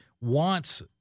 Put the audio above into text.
wants